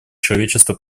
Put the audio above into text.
человечество